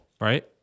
right